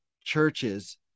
churches